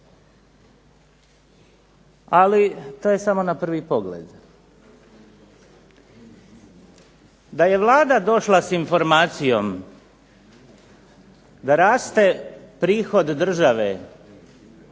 Ali to je samo na prvi pogled. Da je Vlada došla sa informacijom da raste prihod države